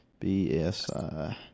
BSI